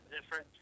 different